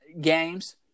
games